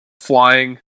flying